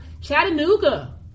Chattanooga